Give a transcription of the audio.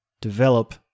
develop